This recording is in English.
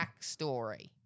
backstory